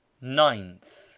Ninth